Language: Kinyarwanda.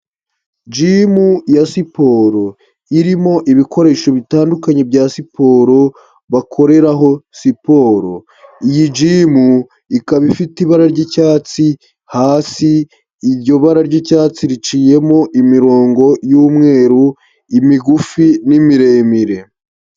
Jimu ya siporo irimo ibikoresho bitandukanye bya siporo bakoreraho siporo. Iyi jimu ikaba ifite ibara ry'icyatsi hasi, ibara ry'icyatsi riciyemo imirongo y'umweru, imigufi n'imiremire.